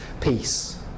peace